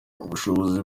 ubushobozi